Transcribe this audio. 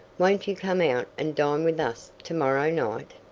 won't you come out and dine with us to-morrow night?